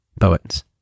poets